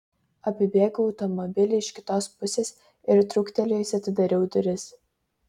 apibėgau automobilį iš kitos pusės ir trūktelėjusi atidariau duris